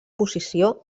posició